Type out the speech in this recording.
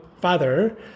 father